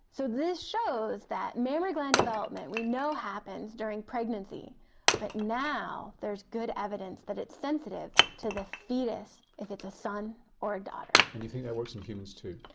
so this shows that mammary gland development we know happens during pregnancy but now there is good evidence that it is sensitive to the fetus if it's a son or daughter. and you think that works on humans too.